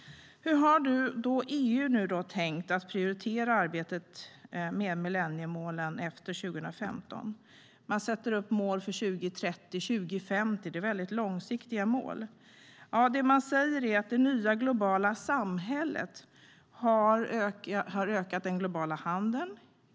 Hur har då EU tänkt att prioritera arbetet med millenniemålen efter 2015? EU sätter upp mål för 2030 och 2050. Det är långsiktiga mål. Man säger att det nya globala samhället har ökat den globala handeln.